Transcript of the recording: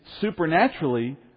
supernaturally